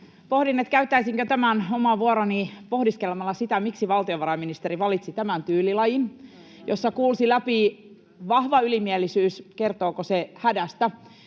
Pohdin, käyttäisinkö tämän oman vuoroni pohdiskelemalla, miksi valtiovarainministeri valitsi tämän tyylilajin, jossa kuulsi läpi vahva ylimielisyys. Kertooko se hädästä,